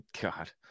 god